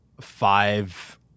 five